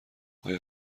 آیا